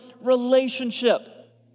relationship